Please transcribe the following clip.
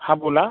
हा बोला